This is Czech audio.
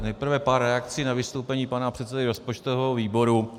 Nejprve pár reakcí na vystoupení pana předsedy rozpočtového výboru.